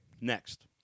next